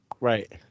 right